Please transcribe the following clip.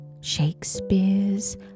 Shakespeare's